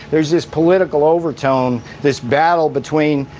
there's this political overtone, this battle between,